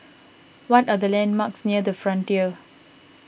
what are the landmarks near the Frontier